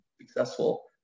successful